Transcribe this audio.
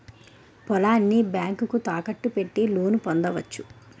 పొలాన్ని బ్యాంకుకు తాకట్టు పెట్టి లోను పొందవచ్చు